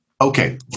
Okay